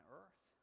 earth